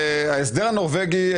ההסדר הנורבגי,